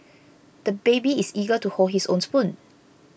the baby is eager to hold his own spoon